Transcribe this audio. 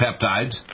peptides